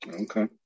Okay